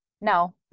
no